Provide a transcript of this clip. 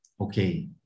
Okay